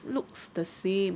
looks the same